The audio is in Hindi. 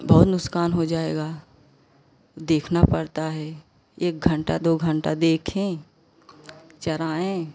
बहुत नुकसान हो जाएगा देखना पड़ता है एक घंटा दो घंटा देखें चराएँ